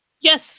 Yes